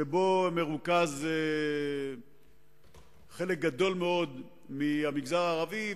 שבו מרוכז חלק גדול מהמגזר הערבי,